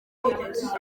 kwiteza